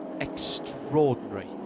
extraordinary